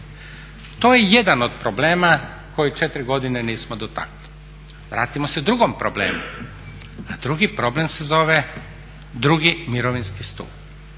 To je jedan od problema koji 4 godine nismo dotakli. Vratimo se drugom problemu, a drugi problem se zove drugi mirovinski stup.